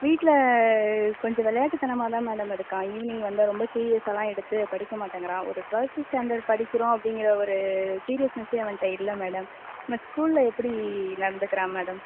வீட்டில் கொஞ்சம் விளையாட்டுத்தனமா தான் மேடம் இருக்கான் ஈவினிங் வந்து ரொம்ப இருக்கான் ஈவினிங் வந்து ரொம்ப ரொம்ப சீரியஸாகலாம் எடுத்து படிக்க மாட்டேங்கிறான் ஒரு டுவெல்த்து ஸ்டாண்டர்ட் படிக்கிறோம் அப்படிங்கிற ஒரு சீரியஸ்னஸே அவன்கிட்ட இல்லை மேடம் இவன் ஸ்கூலில் எப்படி நடந்துக்கிறான் மேடம்